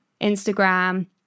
Instagram